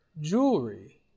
Jewelry